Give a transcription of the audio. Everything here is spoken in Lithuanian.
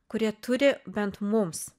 kurie turi bent mums